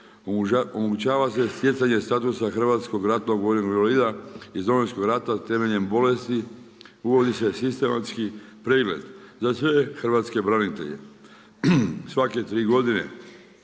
Omogućava se stjecanje statusa hrvatskog ratnog vojnog invalida iz Domovinskog rata, temeljem bolesti, uvodi se sistematski pregled, za sve hrvatske branitelje, svake 3 godine.